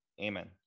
amen